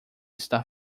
está